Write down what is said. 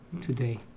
today